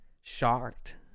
shocked